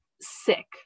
sick